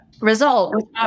result